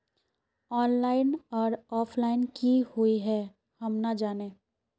Online आर offline की हुई है हम ना जाने?